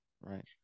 Right